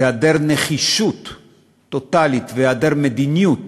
היעדר נחישות טוטלי, והיעדר מדיניות